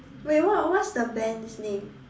wait what what's the band's name